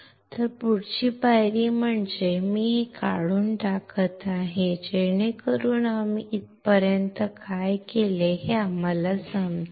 तर पुढची पायरी म्हणजे मी हे काढून टाकत आहे जेणेकरुन आम्ही इथपर्यंत काय केले ते आम्हाला समजेल